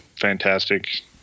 fantastic